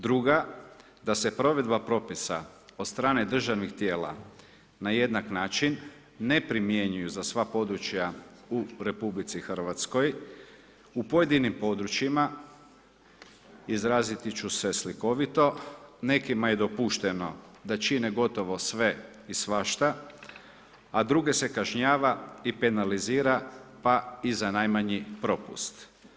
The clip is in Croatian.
Druga, da se provedba propisa od strane državnih tijela na jednak način ne primjenjuju za sva područja u RH, u pojedinom područjima izraziti ću se slikovito, nekima je dopušteno da čine gotovo sve i svašta a druge se kažnjava i penalizira pa i za najmanji propust.